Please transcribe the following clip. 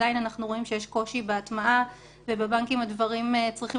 אנחנו עדין רואים שיש קושי בהטמעה ובבנקים הדברים צריכים